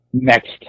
Next